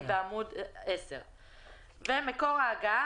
אני בעמוד 10. מקור ההגעה.